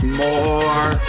more